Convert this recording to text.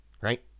right